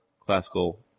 classical